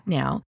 now